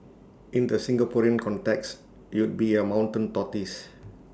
in the Singaporean context you'd be A mountain tortoise